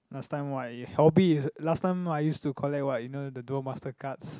last time my hobby last time I used to collect what you know the duel-masters cards